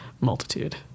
multitude